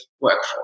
workforce